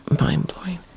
mind-blowing